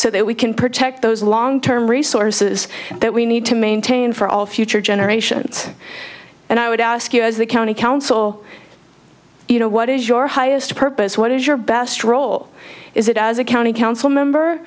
so that we can protect those long term resources that we need to maintain for all future generations and i would ask you as the county council you know what is your highest purpose what is your best role is it as a county council member